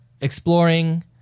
exploring